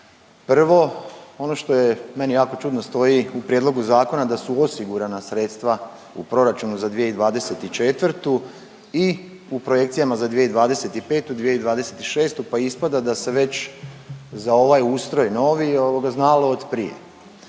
Prvo ono što je meni jako čudno stoji u prijedlogu zakona da su osigurana sredstva u proračunu za 2024. i u projekcijama za 2025. i 2026. pa ispada da se već za ovaj ustroj novi ovoga znalo od prije.